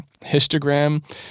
histogram